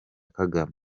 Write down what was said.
kagame